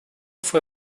fue